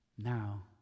now